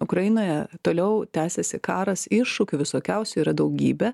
ukrainoje toliau tęsiasi karas iššūkių visokiausių yra daugybė